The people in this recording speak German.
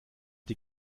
die